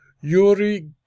Yuri